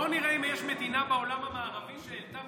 בוא נראה אם יש מדינה בעולם המערבי שהעלתה